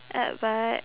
uh but